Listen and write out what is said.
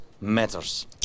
matters